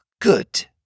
good